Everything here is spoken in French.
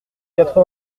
quatre